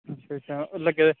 अच्छा अच्छा लग्गे दे